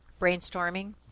Brainstorming